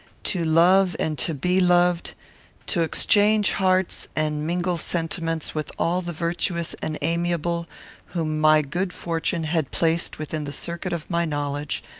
to love and to be loved to exchange hearts and mingle sentiments with all the virtuous and amiable whom my good fortune had placed within the circuit of my knowledge,